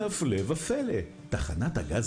יש החלטת ממשלה מספר 4080 לפיה ב-1 ביוני